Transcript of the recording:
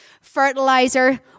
fertilizer